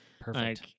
Perfect